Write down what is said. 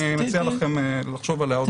אני מציע לכם לחשוב עליה עוד פעם.